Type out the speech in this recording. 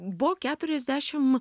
buvo keturiasdešim